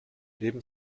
neben